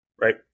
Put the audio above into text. Right